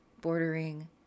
bordering